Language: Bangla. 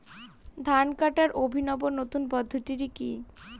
ধান কাটার অভিনব নতুন পদ্ধতিটি কি?